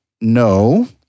No